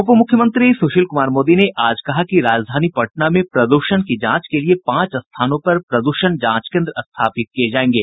उप मुख्यमंत्री सुशील कुमार मोदी ने आज कहा कि राजधानी पटना में प्रदूषण की जांच के लिये पांच स्थानों पर प्रद्षण जांच केन्द्र स्थापित किये जायेंगे